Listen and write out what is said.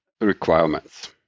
requirements